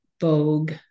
Vogue